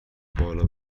بالا